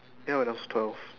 ya when I was twelve